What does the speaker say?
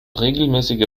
regelmäßige